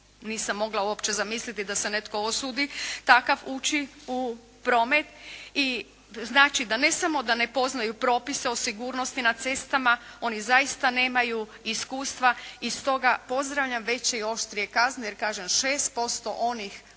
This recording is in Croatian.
nisam uopće mogla zamisliti da se netko usudi takav ući u promet. I znači ne samo da ne poznaju propise o sigurnosti na cestama, oni zaista nemaju iskustva. I stoga pozdravljam veće i oštrije kazne jer kažem 6% onih koji